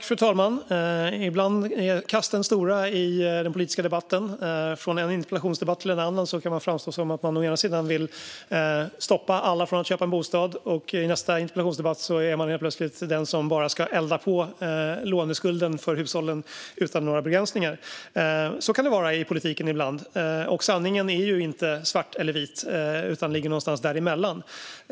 Fru talman! Ibland är kasten tvära i den politiska debatten. I en interpellationsdebatt kan man framstå som att man vill stoppa alla från att köpa en bostad; i nästa interpellationsdebatt är man helt plötsligt den som bara ska elda på låneskulden för hushållen utan några begränsningar. Så kan det vara i politiken ibland. Sanningen är ju inte svart eller vit utan ligger någonstans däremellan.